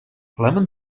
lemon